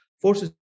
forces